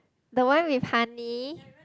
the one with honey